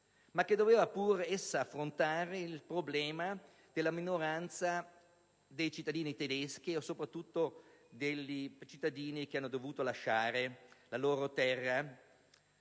e che pure ha dovuto affrontare il problema della minoranza dei cittadini tedeschi e soprattutto dei cittadini che hanno dovuto lasciare la loro terra,